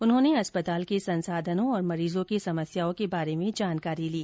उन्होंने अस्पताल के संसाधनों और मरीजों की समस्याओं के बारे में जानकारी ली